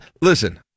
Listen